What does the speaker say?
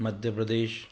Madhya Pradesh